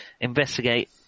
investigate